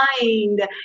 mind